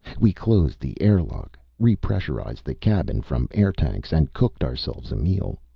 we closed the airlock, repressurized the cabin from air-tanks, and cooked ourselves a meal.